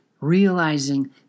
realizing